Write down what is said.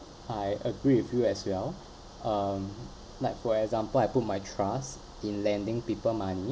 I agree with you as well um like for example I put my trust in lending people money